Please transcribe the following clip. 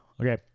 Okay